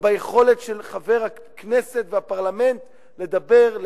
וביכולת של חבר הכנסת והפרלמנט לדבר,